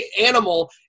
animal